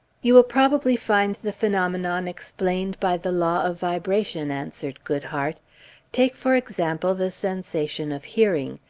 you will probably find the phenomenon explained by the law of vibration, answered goodhart take, for example, the sensation of hearing.